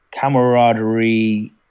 camaraderie